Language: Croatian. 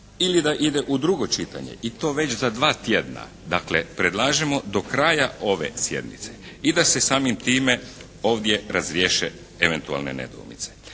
ili da ide u drugo čitanje i to već za dva tjedna. Dakle predlažemo do kraja ove sjednice i da se samim time ovdje razriješe eventualne nedoumice.